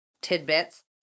tidbits